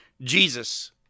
Jesus